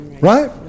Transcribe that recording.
Right